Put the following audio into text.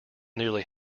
nearly